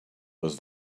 was